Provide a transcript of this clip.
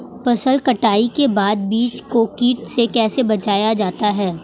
फसल कटाई के बाद बीज को कीट से कैसे बचाया जाता है?